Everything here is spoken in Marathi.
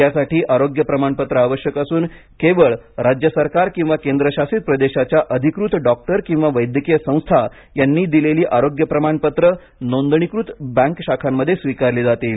यासाठी आरोग्य प्रमाणपत्र आवश्यक असून केवळ राज्य सरकार किंवा केंद्रशासित प्रदेशाच्या अधिकृत डॉक्टर किंवा वैद्यकीय संस्था यांनी दिलेली आरोग्य प्रमाणपत्रे नोंदणीकृत बँक शाखांमध्ये स्वीकारली जातील